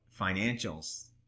financials